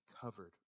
covered